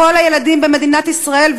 לכל הילדים במדינת ישראל.